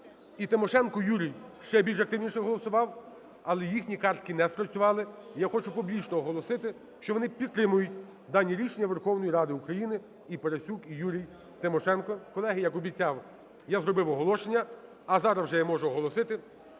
і Тимошенко Юрій ще більш активніше голосував, але їхні картки не спрацювали. Я хочу публічно оголосити, що вони підтримують дані рішення Верховної Ради України – і Парасюк, і Юрій Тимошенко. Колеги, я, як і обіцяв, зробив оголошення. А зараз вже я можу оголосити